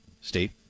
Steve